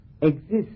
exists